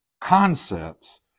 concepts